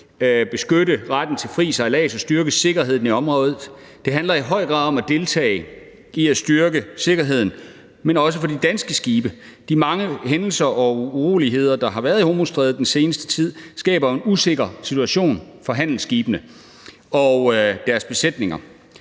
beskytte retten til fri sejlads og styrke sikkerheden i området – handler det i høj grad om at deltage i at styrke sikkerheden, men også om at sikre de danske skibe. De mange hændelser og uroligheder, der har været i Hormuzstrædet i den seneste tid, skaber jo en usikker situation for handelsskibene og deres besætninger.